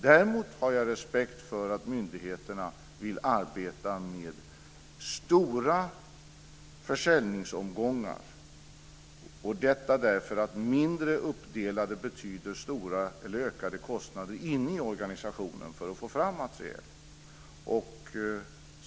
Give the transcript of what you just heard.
Däremot har jag respekt för att myndigheterna vill arbeta med stora försäljningsomgångar - detta därför att en uppdelning i mindre försäljningsomgångar betyder ökade kostnader i organisationen för att få fram materiel.